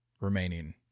remaining